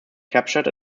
captured